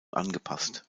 angepasst